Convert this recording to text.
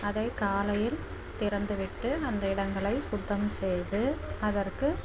அதை காலையில் திறந்து விட்டு அந்த இடங்களை சுத்தம் செய்து அதற்கு